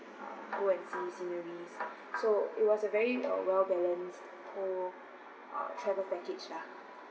uh go and see sceneries so it was a very uh well balanced whole uh travel package lah